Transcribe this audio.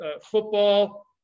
football